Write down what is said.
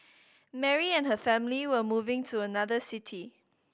Mary and her family were moving to another city